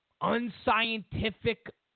unscientific